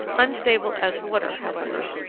unstable as water, however,